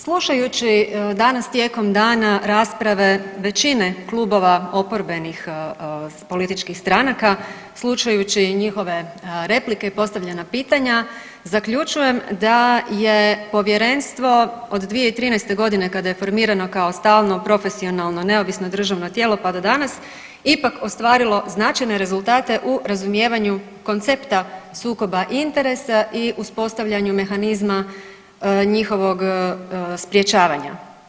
Slušajući danas tijekom dana rasprave većine klubova oporbenih političkih stranaka, slušajući njihove replike i postavljena pitanja zaključujem da je povjerenstvo od 2013.g. kada je formirano kao stalno profesionalno neovisno državno tijelo pa do danas, ipak ostvarilo značajne rezultate u razumijevanju koncepta sukoba interesa i uspostavljanju mehanizma njihovog sprječavanja.